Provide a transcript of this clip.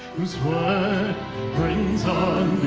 who's word brings on